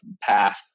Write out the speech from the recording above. path